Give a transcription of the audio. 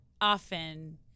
often –